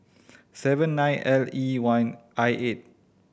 seven nine L E one I eight